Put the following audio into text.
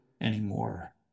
anymore